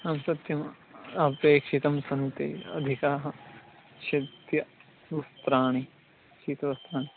आं सत्यम् अपेक्षितं सन्ति अधिकाः शित्यवस्त्राणि शीतवस्त्राणि